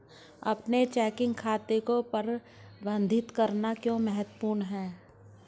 अपने चेकिंग खाते को प्रबंधित करना क्यों महत्वपूर्ण है?